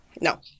no